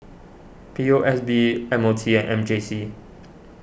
P O S B M O T and M J C